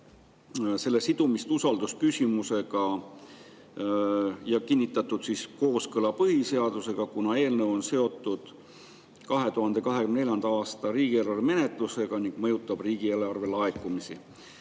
selle sidumist usaldusküsimusega ja kinnitatud kooskõla põhiseadusega, kuna eelnõu on seotud 2024. aasta riigieelarve menetlusega ning mõjutab riigieelarve laekumisi.